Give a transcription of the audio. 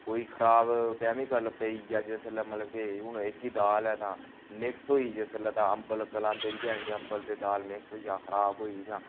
कोई खराब कैमीकल पेई गेआ जिसलै मतलब के हून एह्की दाल ऐ तां मिक्स होई गेई जिसलै तां अम्बल गलांदे बी हैन अम्बल ते दाल मिक्स जां खराब होई जां